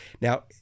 Now